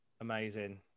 Amazing